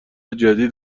جدید